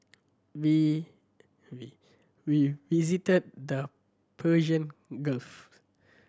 we we visited the Persian Gulf